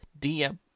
DM